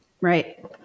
Right